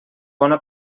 bona